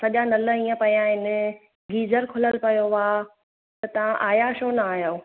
सॼा नल हीअं पिया आहिनि गीज़र खुलियलु पियो आहे त तव्हां आया छो न आहियो